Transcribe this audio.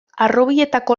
harrobietako